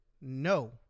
No